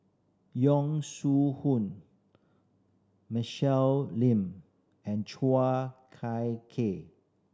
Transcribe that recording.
Yong Shu Hoong Michelle Lim and Chua Kai Kay